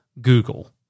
Google